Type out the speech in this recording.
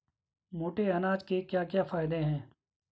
मोटे अनाज के क्या क्या फायदे हैं?